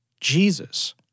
Jesus